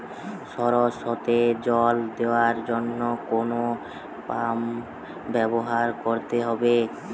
সরষেতে জল দেওয়ার জন্য কোন পাম্প ব্যবহার করতে হবে?